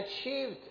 achieved